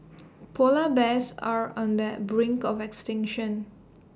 Polar Bears are on the brink of extinction